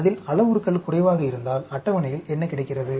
அதில் அளவுருக்கள் குறைவாக இருந்தால் அட்டவணையில் என்ன கிடைக்கிறது